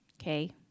Okay